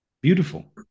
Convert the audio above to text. beautiful